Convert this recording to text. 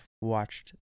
watched